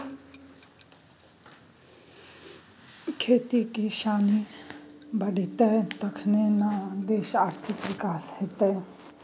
खेती किसानी बढ़ितै तखने न देशक आर्थिक विकास हेतेय